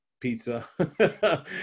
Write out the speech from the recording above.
pizza